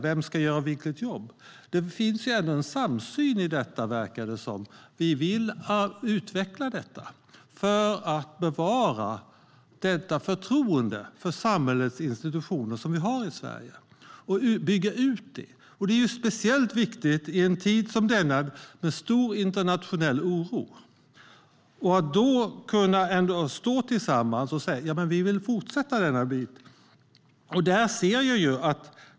Men det verkar finnas en samsyn om att vi vill utveckla detta för att bevara och bygga ut det förtroende för samhällets institutioner som vi har i Sverige. Det är speciellt viktigt i en tid med stor internationell oro att vi kan stå tillsammans och säga att vi vill fortsätta med detta.